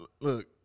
Look